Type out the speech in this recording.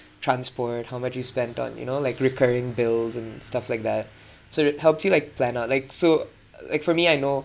transport how much you spent on you know like recurring bills and stuff like that so it helps you like plan ah like so like for me I know